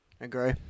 agree